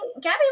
Gabby